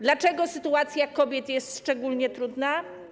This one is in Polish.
Dlaczego sytuacja kobiet jest szczególnie trudna?